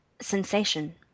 sensation